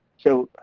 so,